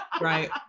Right